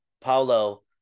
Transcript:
Paulo